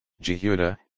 Jehuda